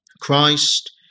Christ